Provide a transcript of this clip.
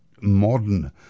modern